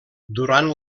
durant